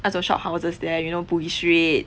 那种 shophouses there you know bugis street